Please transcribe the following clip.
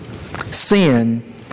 Sin